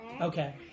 Okay